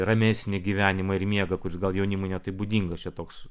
ramesnį gyvenimą ir miegą kuris gal jaunimui ne taip būdingas čia toks